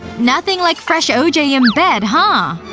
nothing like fresh o j. in bed, huh?